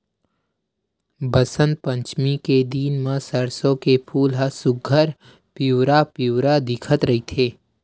बसंत पचमी के दिन म सरसो के फूल ह सुग्घर पिवरा पिवरा दिखत रहिथे